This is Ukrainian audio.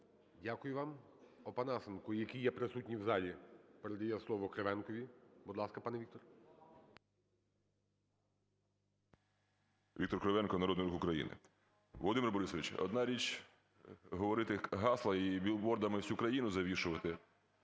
Дякую вам. Опанасенко, який є присутній в залі, передає слово Кривенкові. Будь ласка, пане Віктор. 11:10:09 КРИВЕНКО В.М. Віктор Кривенко, "Народний рух України". Володимире Борисовичу, одна річ – говорити гасла і білбордами всю країну завішувати,